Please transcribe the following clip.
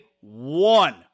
one